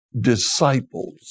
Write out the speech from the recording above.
disciples